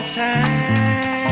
time